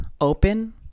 open